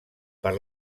per